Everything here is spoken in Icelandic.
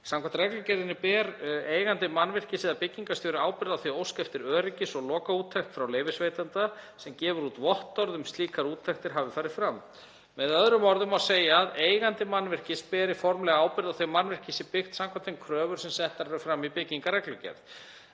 Samkvæmt reglugerðinni ber eigandi mannvirkis eða byggingarstjóri ábyrgð á því að óska eftir öryggis- og lokaúttekt frá leyfisveitanda sem gefur út vottorð um að slíkar úttektir hafi farið fram. Með öðrum orðum má segja að eigandi mannvirkis beri formlega ábyrgð á því að mannvirki sé byggt samkvæmt þeim kröfum sem settar eru fram í byggingarreglugerð,